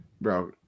Bro